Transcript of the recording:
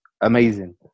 amazing